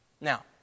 Now